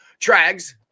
Trags